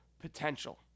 potential